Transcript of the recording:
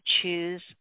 choose